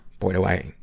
boy, do i,